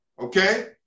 Okay